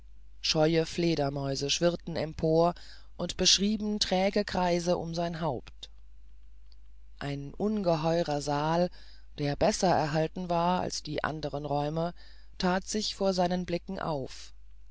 scheue fledermäuse schwirrten empor und beschrieben schräge kreise um sein haupt ein ungeheurer saal der besser erhalten war als die anderen räume that sich vor seinen blicken auf